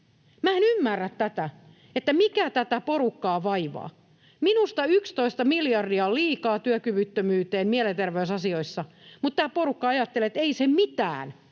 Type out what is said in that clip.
en ymmärrä tätä, mikä tätä porukkaa vaivaa. Minusta 11 miljardia on liikaa työkyvyttömyyteen mielenterveysasioissa, mutta tämä porukka ajattelee, että ei se mitään,